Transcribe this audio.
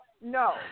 no